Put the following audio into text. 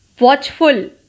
Watchful